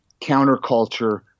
counterculture